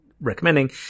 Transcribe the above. recommending